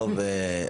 טוב,